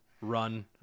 run